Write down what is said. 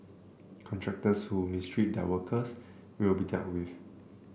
contractors who mistreat their workers will be dealt with